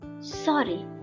Sorry